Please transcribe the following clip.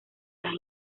las